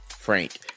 frank